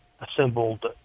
assembled